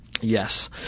Yes